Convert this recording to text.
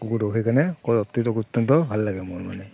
কুকুৰটোক সেইকাৰণে অত্যন্ত ভাল লাগে মোৰ মানে